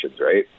right